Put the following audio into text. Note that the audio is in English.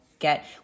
get